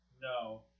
No